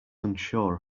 unsure